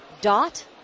Dot